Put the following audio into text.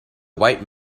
white